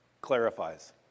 clarifies